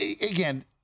again